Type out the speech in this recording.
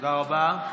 תודה רבה.